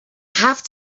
have